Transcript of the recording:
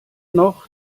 noch